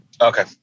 Okay